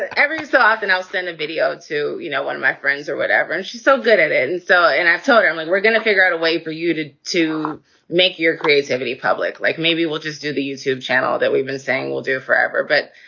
ah every so often i'll send a video to you know one of my friends or whatever. and she's so good at it. and so and i've told her um and we're gonna figure out a way for you to to make your creativity public. like, maybe we'll just do the youtube channel that we've been saying we'll do forever. but,